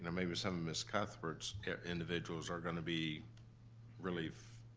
maybe some of miss cuthbert's individuals are gonna be really,